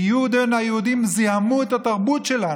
Die Juden, היהודים, זיהמו את התרבות שלנו.